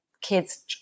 kids